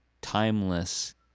timeless